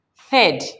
Third